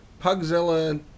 Pugzilla